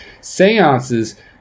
seances